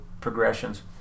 progressions